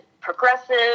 progressive